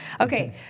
Okay